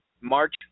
March